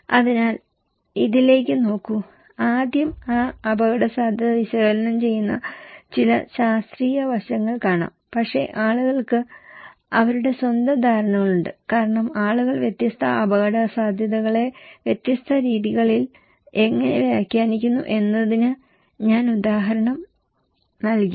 അതിനാൽ ഇതിലേക്ക് നോക്കൂ ആദ്യം ആ അപകടസാധ്യത വിശകലനം ചെയ്യുന്ന ചില ശാസ്ത്രീയ വശങ്ങൾ ആവാം പക്ഷേ ആളുകൾക്ക് അവരുടെ സ്വന്തം ധാരണകളുണ്ട് കാരണം ആളുകൾ വ്യത്യസ്ത അപകടസാധ്യതകളെ വ്യത്യസ്ത രീതികളിൽ എങ്ങനെ വ്യാഖ്യാനിക്കുന്നു എന്നതിന് ഞാൻ ഉദാഹരണം നൽകി